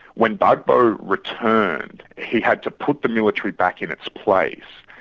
when gbagbo returned, he had to put the military back in its place,